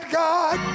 god